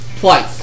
Twice